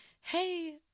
hey